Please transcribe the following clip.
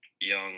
young